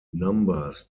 numbers